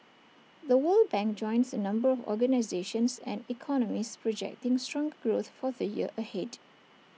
the world bank joins A number of organisations and economists projecting stronger growth for the year ahead